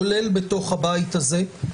כולל בתוך הבית הזה,